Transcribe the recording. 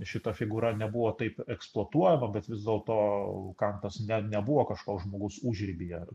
šita figūra nebuvo taip eksploatuojama bet vis dėlto kantas ne nebuvo kažkoks žmogus užribyje ar